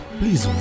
please